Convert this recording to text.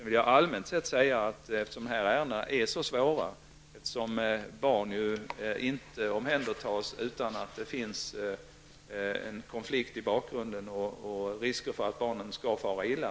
Barn tas inte om hand om det inte finns en konflikt i bakgrunden och risker för att barnet skall fara illa.